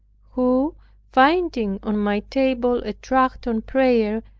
who finding on my table a tract on prayer,